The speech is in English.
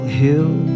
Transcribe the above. hill